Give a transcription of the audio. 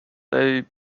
they